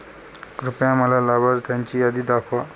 कृपया मला लाभार्थ्यांची यादी दाखवा